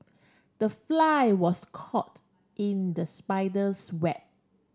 the fly was caught in the spider's web